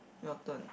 your turn